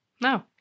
No